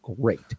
Great